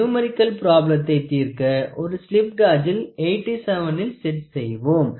numerical ப்ராப்ளத்தை தீர்க்க ஒரு ஸ்லிப் காஜில் 87 இல் செட் செய்வோம்